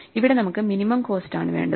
ഇവിടെ നമുക്ക് minimum cost ആണ് വേണ്ടത്